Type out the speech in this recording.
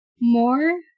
more